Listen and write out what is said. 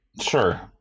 sure